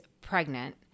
pregnant